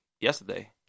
yesterday